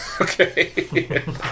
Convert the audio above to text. Okay